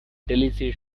delicious